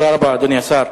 תודה רבה, אדוני השר.